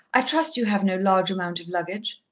i trust you have no large amount of luggage.